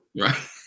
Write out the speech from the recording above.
right